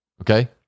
Okay